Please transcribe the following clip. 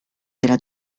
della